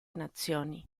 nazioni